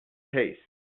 taste